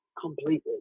completely